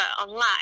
online